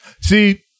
See